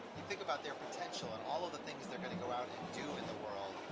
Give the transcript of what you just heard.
you think about their potential and all of the things they're gonna go out and do in the world.